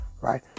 right